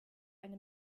eine